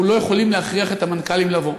לא יכולים להכריח את המנכ"לים לבוא.